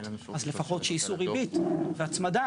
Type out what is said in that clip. אז לפחות שיישאו ריבית והצמדה,